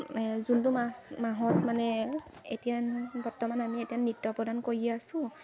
এ যোনটো মাছ মাহত মানে এতিয়া বৰ্তমান আমি এতিয়া নৃত্য প্ৰদান কৰি আছোঁ